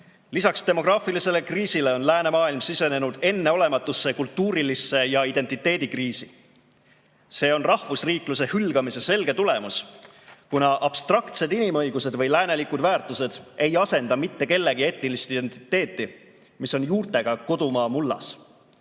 demograafilisele kriisile on läänemaailm sisenenud enneolematusse kultuurilisse ja identiteedikriisi. See on rahvusriikluse hülgamise selge tulemus, kuna abstraktsed inimõigused või lääneliku väärtused ei asenda mitte kellegi etnilist identiteeti, mis on juurtega kodumaa mullas.